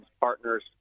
partners